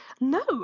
no